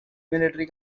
military